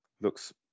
looks